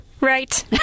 Right